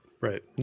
Right